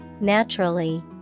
naturally